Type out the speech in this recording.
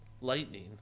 lightning